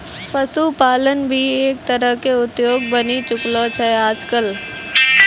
पशुपालन भी एक तरह के उद्योग बनी चुकलो छै आजकल